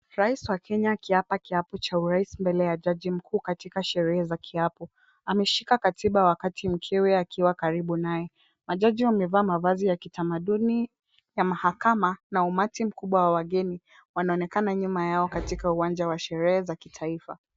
Rais wa Kenya akiapa kiapo cha urais mbele ya jaji mkuu katika sherehe za kiapo. Ameshika katiba wakati mkewe akiwa karibu naye. Majaji wamevaa mavazi ya kitamaduni ya mahakama na umati mkubwa wa wageni wanaonekana nyuma yao katika uwanja wa sherehe za kitaifa.